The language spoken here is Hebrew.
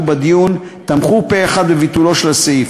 בדיון תמכו פה-אחד בביטולו של הסעיף.